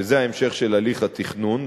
שזה ההמשך של הליך התכנון,